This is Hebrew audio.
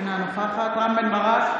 אינה נוכחת רם בן ברק,